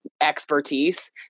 expertise